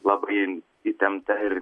labai įtempta ir